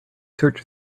search